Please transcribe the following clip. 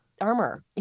armor